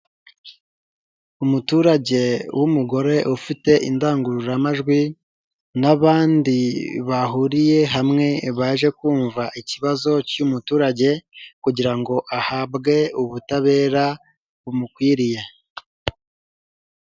Umuturage w'umugore ufite indangururamajwi n'abandi bahuriye hamwe baje kumva ikibazo cy'umuturage, kugira ngo ahabwe ubutabera bumukwiriye.